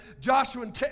Joshua